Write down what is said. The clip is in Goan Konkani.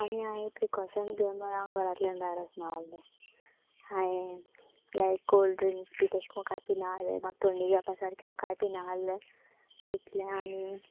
आनी हांवें प्रिकोशन घेवन म्हळ्यार हांव घरांतल्यान भायरस नासलें हांवें लायक कोल्ड ड्रिंक्स बी तेशक करून खावपी नासलें म्हाका थंडी जावपा सारकें हांव काय पीना आसलें इतलें आनी